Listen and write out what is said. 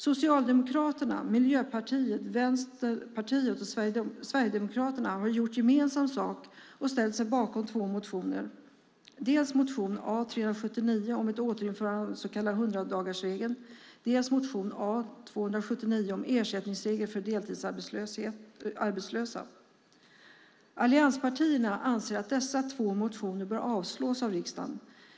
Socialdemokraterna, Miljöpartiet, Vänsterpartiet och Sverigedemokraterna har gjort gemensam sak och ställt sig bakom två motioner, dels motion A379 om ett återinförande av den så kallade 100-dagarsregeln, dels motion A279 om ersättningsregler för deltidsarbetslösa. Allianspartierna anser att dessa två motioner bör avslås av riksdagen.